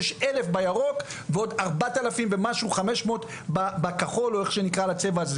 שיש 1,000 בירוק ועוד 4,000 ומשהו בכחול או איך שנקרא לצבע הזה,